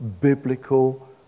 biblical